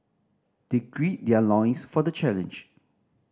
they gird their loins for the challenge